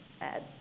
add